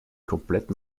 komplett